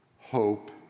hope